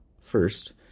First